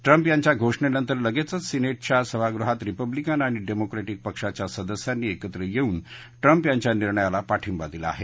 Trump यांच्या घोषणेनंतर लगेचच सिनेटच्या सभागृहात रिपब्लीकन आणि डेमोक्रविक पक्षाच्या सदस्यांनी एकत्रित येऊन ट्रम्प यांच्या निर्णयाला पाठिंबा दिला आहे